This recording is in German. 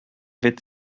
wird